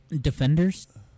Defenders